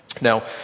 Now